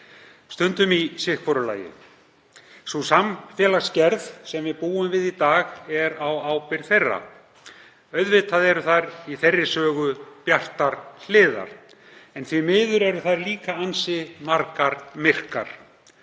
stundum hvor í sínu lagi. Sú samfélagsgerð sem við búum við í dag er á ábyrgð þeirra. Auðvitað eru í þeirri sögu bjartar hliðar en því miður eru þær líka ansi margar myrkar.